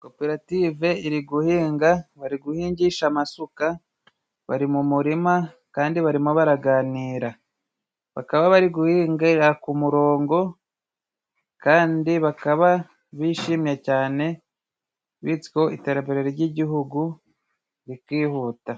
Koperative iri guhinga ,bari guhingisha amasuka ,bari mu murima kandi barimo baraganira. Bakaba bari guhingira ku murongo, kandi bakaba bishimye cyane bityo iterambere ry'igihugu rikihuta.